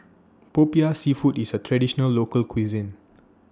Popiah Seafood IS A Traditional Local Cuisine